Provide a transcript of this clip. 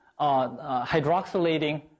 hydroxylating